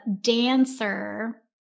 dancer